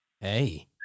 Hey